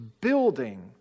building